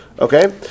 Okay